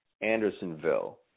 Andersonville